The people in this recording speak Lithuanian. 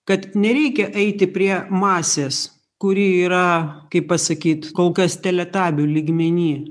kad nereikia eiti prie masės kuri yra kaip pasakyt kol kas teletabių lygmeny